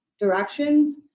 directions